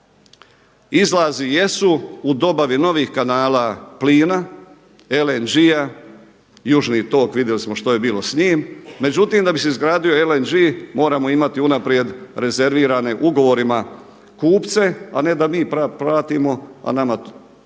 Izlazi jesu u dobavi novih kanala plina, LNG-a, južni tok vidjeli smo što je bilo s njim. Međutim, da bi se izgradio LNG moramo imati unaprijed rezervirane ugovorima kupce, a ne da mi platimo, a nama jedna